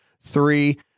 three